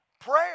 Prayer